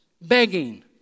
Begging